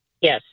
Yes